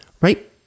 right